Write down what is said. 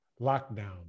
lockdown